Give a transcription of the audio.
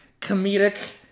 comedic